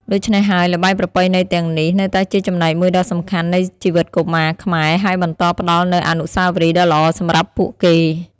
ដូច្នេះហើយ ល្បែងប្រពៃណីទាំងនេះនៅតែជាចំណែកមួយដ៏សំខាន់នៃជីវិតកុមារខ្មែរ ហើយបន្តផ្ដល់នូវអនុស្សាវរីយ៍ដ៏ល្អសម្រាប់ពួកគេ។